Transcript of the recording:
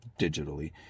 digitally